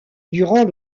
durant